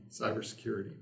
cybersecurity